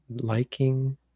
liking